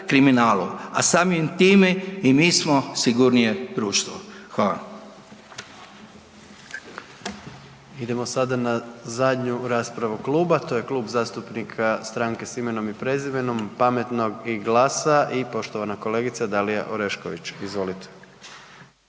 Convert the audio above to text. a samim time i mi smo sigurnije društvo. Hvala.